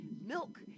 milk